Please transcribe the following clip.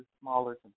smaller